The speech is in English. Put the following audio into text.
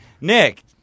Nick